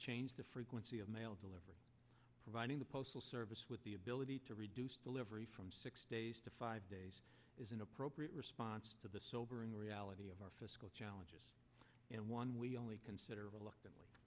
change the frequency of mail delivery providing the postal service with the ability to reduce delivery from six days to five days is an appropriate response to the sobering reality of our fiscal challenges and one we only consider reluctant